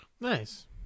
Nice